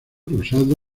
rosado